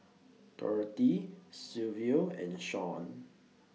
Dorathy Silvio and Shaun